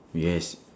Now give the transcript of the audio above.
yes